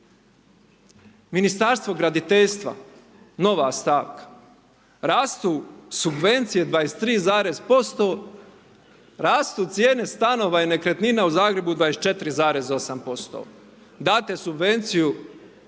Ministarstvo graditeljstva, nova stavka, rastu subvencije 23,%, rastu cijene stanova i nekretnina u Zagrebu 24,8%. Date subvenciju